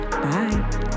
Bye